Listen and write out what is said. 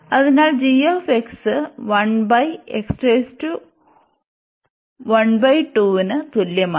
അതിനാൽ g ന് തുല്യമാണ്